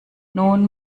nun